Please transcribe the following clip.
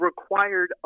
required